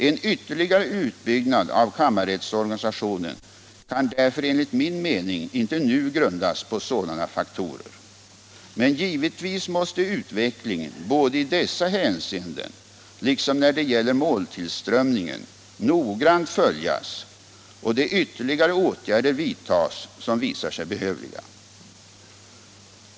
En ytterligare utbyggnad av kammarrättsorganisationen kan därför enligt min mening inte nu grundas på sådana faktorer. Men givetvis måste utvecklingen både i dessa hänseenden liksom när det gäller måltillströmningen noggrant följas och de ytterligare åtgärder vidtas som visar sig behövliga.